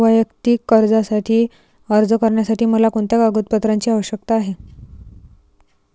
वैयक्तिक कर्जासाठी अर्ज करण्यासाठी मला कोणत्या कागदपत्रांची आवश्यकता आहे?